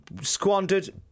squandered